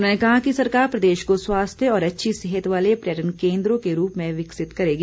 उन्होंने कहा कि सरकार प्रदेश को स्वास्थ्य और अच्छी सेहत वाले पर्यटन केन्द्रों के रूप में विकसित करेगी